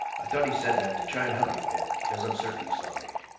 i thought he said that to try and help me a bit, because i'm certain he saw me.